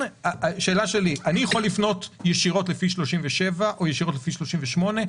השאלה שלי: אני יכול לפנות ישירות לפי סעיף 37 או ישירות לפי סעיף 38,